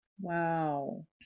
Wow